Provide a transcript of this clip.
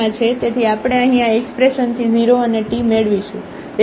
તેથી આપણે અહીં આ એક્સપ્રેશનથી 0 અને t મેળવીશું